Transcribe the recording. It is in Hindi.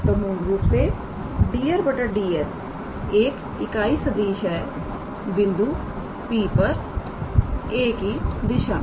तो मूल रूप से 𝑑𝑟𝑑𝑠 एक इकाई सदिशunit vector है बिंदु P पर 𝑎̂ की दिशा में